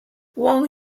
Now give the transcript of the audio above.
wang